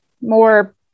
more